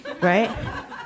right